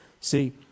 See